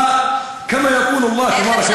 (אומר דברים